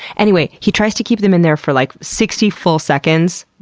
anyway, he tries to keep them in there for like sixty full seconds,